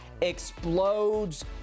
explodes